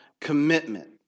commitment